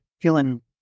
feeling